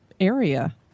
area